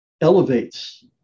elevates